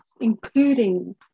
including